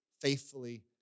faithfully